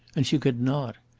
and she could not.